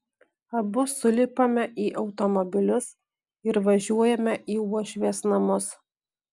abu sulipame į automobilius ir važiuojame į uošvės namus